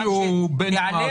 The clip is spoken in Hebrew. צריך איזה שהוא בנצ'מרק,